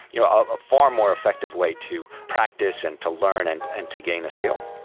you know are far more effective way to practice and to learn and and to gain a skill.